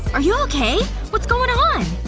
are you okay? what's going on?